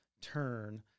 turn